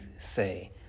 say